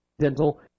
dental